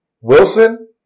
Wilson